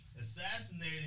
Assassinated